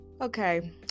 okay